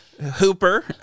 Hooper